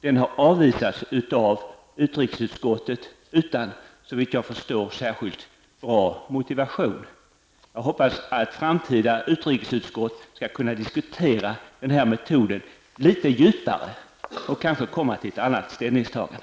Den har avvisats av utrikesutskottet, såvitt jag förstår utan någon särskilt bra motivation. Jag hoppas att framtida utrikesutskott skall kunna diskutera den här metoden litet djupare och kanske komma fram till ett annat ställningstagande.